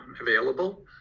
available